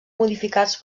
modificats